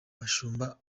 bashunga